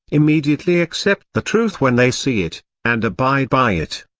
immediately accept the truth when they see it, and abide by it.